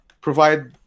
provide